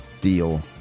deal